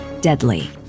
deadly